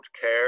care